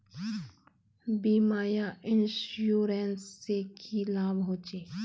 बीमा या इंश्योरेंस से की लाभ होचे?